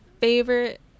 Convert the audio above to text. favorite